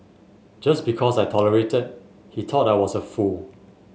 just because I tolerated he thought I was a fool